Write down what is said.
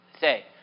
say